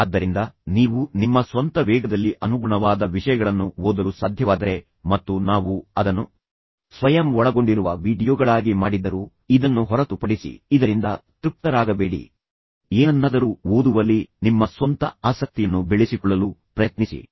ಆದ್ದರಿಂದ ನೀವು ನಿಮ್ಮ ಸ್ವಂತ ವೇಗದಲ್ಲಿ ಅನುಗುಣವಾದ ವಿಷಯಗಳನ್ನು ಓದಲು ಸಾಧ್ಯವಾದರೆ ಮತ್ತು ನಾವು ಅದನ್ನು ಸ್ವಯಂ ಒಳಗೊಂಡಿರುವ ವೀಡಿಯೊಗಳಾಗಿ ಮಾಡಿದ್ದರೂ ಇದನ್ನು ಹೊರತುಪಡಿಸಿ ಇದರಿಂದ ತೃಪ್ತರಾಗಬೇಡಿ ಏನನ್ನಾದರೂ ಓದುವಲ್ಲಿ ನಿಮ್ಮ ಸ್ವಂತ ಆಸಕ್ತಿಯನ್ನು ಬೆಳೆಸಿಕೊಳ್ಳಲು ಪ್ರಯತ್ನಿಸಿ